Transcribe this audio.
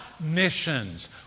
Missions